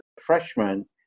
freshman